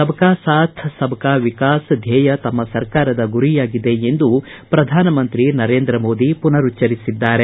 ಸಬ್ ಕಾ ಸಾಥ್ ಸಬ್ ಕಾ ವಿಕಾಸ್ ಧ್ಯೇಯ ತಮ್ಮ ಸರ್ಕಾರದ ಗುರಿಯಾಗಿದೆ ಎಂದು ಪ್ರಧಾನ ಮಂತ್ರಿ ನರೇಂದ್ರ ಮೋದಿ ಪುನರುಚ್ಚರಿಸಿದ್ದಾರೆ